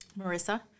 Marissa